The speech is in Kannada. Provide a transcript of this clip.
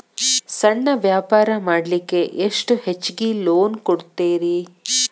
ಸಣ್ಣ ವ್ಯಾಪಾರ ಮಾಡ್ಲಿಕ್ಕೆ ಎಷ್ಟು ಹೆಚ್ಚಿಗಿ ಲೋನ್ ಕೊಡುತ್ತೇರಿ?